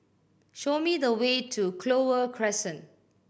show me the way to Clover Crescent